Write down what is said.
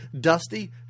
Dusty